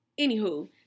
Anywho